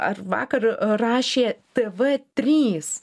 ar vakar rašė tv trys